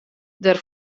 der